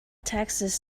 texas